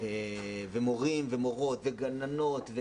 מורים ומורות וגננות,